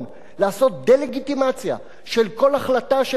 לעשות דה-לגיטימציה של כל החלטה שהם עושים,